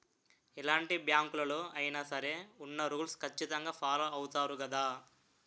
ఎలాంటి బ్యాంకులలో అయినా సరే ఉన్న రూల్స్ ఖచ్చితంగా ఫాలో అవుతారు గదా